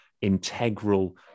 integral